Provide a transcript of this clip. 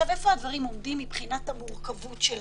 איפה הדברים עומדים מבחינת המורכבות שלהם?